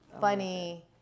funny